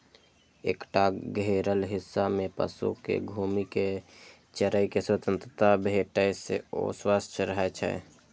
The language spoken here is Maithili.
एकटा घेरल हिस्सा मे पशु कें घूमि कें चरै के स्वतंत्रता भेटै से ओ स्वस्थ रहै छै